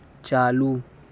چالو